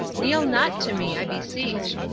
kneel not to me, i beseech.